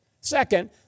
Second